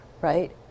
right